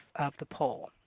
of the poll.